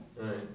Right